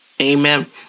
Amen